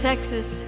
Texas